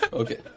okay